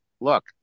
look